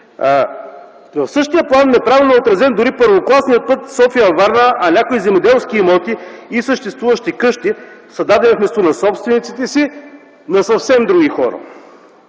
В същия план неправилно е отразен дори първокласният път София-Варна, а някои земеделски имоти и съществуващи къщи са дадени вместо на собственици си, на съвсем други хора.